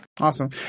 Awesome